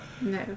No